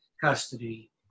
custody